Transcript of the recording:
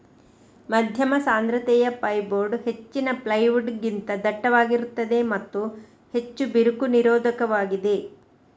ಮಧ್ಯಮ ಸಾಂದ್ರತೆಯ ಫೈರ್ಬೋರ್ಡ್ ಹೆಚ್ಚಿನ ಪ್ಲೈವುಡ್ ಗಿಂತ ದಟ್ಟವಾಗಿರುತ್ತದೆ ಮತ್ತು ಹೆಚ್ಚು ಬಿರುಕು ನಿರೋಧಕವಾಗಿದೆ